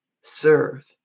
serve